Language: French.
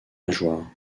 nageoires